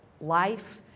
life